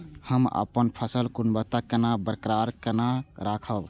हम अपन फसल गुणवत्ता केना बरकरार केना राखब?